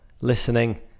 listening